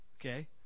Okay